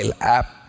app